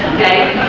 okay,